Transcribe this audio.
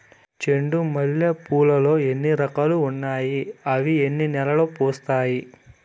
చెండు మల్లె పూలు లో ఎన్ని రకాలు ఉన్నాయి ఇవి ఎన్ని నెలలు పూస్తాయి